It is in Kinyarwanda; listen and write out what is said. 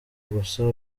gusa